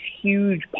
huge